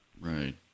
Right